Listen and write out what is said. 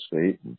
State